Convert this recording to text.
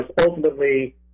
ultimately